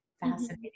fascinating